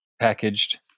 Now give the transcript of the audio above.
packaged